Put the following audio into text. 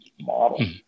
model